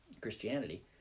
Christianity